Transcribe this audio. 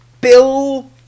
Bill